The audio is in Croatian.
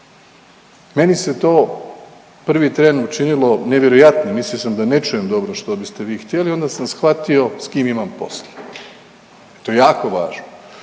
Meni se to u prvi tren učinilo nevjerojatnim, mislio sam da ne čujem dobro što biste vi htjeli onda sam shvatio s kim imam posla. I to je jako važno.